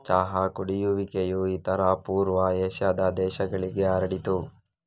ಚಹಾ ಕುಡಿಯುವಿಕೆಯು ಇತರ ಪೂರ್ವ ಏಷ್ಯಾದ ದೇಶಗಳಿಗೆ ಹರಡಿತು